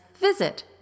visit